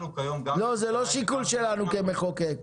אנחנו כיום --- לא, זה לא שיקול שלנו כמחוקק.